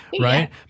right